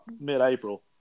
mid-April